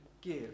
give